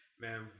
Man